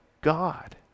God